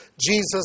Jesus